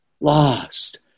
lost